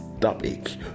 topic